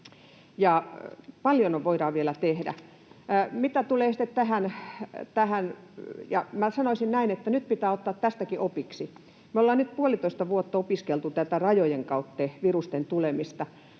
paljon voidaan vielä tehdä. Minä sanoisin näin, että nyt pitää ottaa tästäkin opiksi. Me ollaan nyt puolitoista vuotta opiskeltu tätä rajojen kautta virusten tulemista.